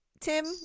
Tim